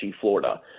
Florida